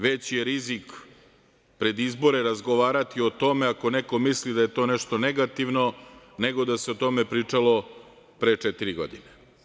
Veći je rizik pred izbore razgovarati o tome, ako neko misli da je to nešto negativno nego da se o tome pričalo pre četiri godine.